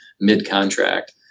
mid-contract